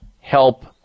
help